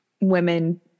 women